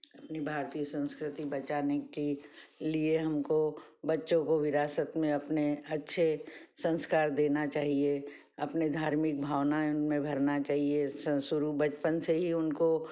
अपनी भारतीय संस्कृति बचाने के लिए हमको बच्चों को विरासत में अपने अच्छे संस्कार देना चाहिए अपने धार्मिक भावनाएं उनमें भरना चाहिए सं शुरु बचपन से ही उनको